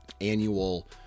annual